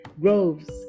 groves